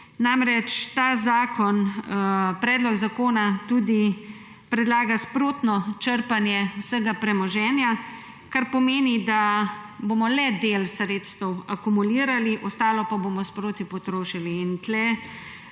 Namreč ta predlog zakona tudi predlaga sprotno črpanje vsega premoženja, kar pomeni, da bomo le del sredstev akumulirali, ostalo pa bomo sproti potrošili.